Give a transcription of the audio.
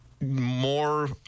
more